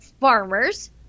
farmers